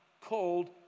called